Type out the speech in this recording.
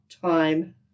Time